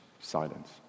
silence